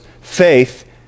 Faith